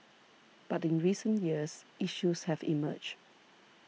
but in recent years issues have emerged